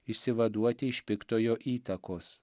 išsivaduoti iš piktojo įtakos